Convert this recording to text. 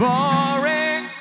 Boring